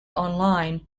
online